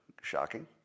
shocking